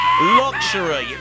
luxury